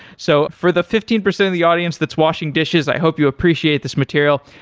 so for the fifteen percent of the audience that's washing dishes, i hope you appreciate this material.